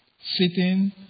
sitting